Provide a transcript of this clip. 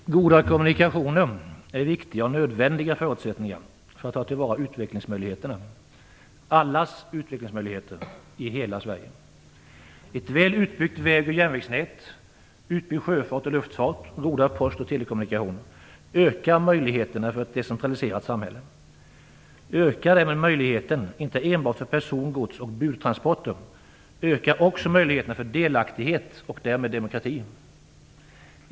Herr talman! Goda kommunikationer är viktiga och nödvändiga förutsättningar för att ta till vara utvecklingsmöjligheterna - allas utvecklingsmöjligheter i hela Sverige. Ett väl utbyggt väg och järnvägsnät, utbyggd sjöfart och luftfart samt goda post och telekommunikationer ökar möjligheterna för ett decentraliserat samhälle. Det ökar inte enbart möjligheten för person-, gods och budtransporter utan också möjligheterna för delaktighet och därmed demokrati.